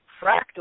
fractal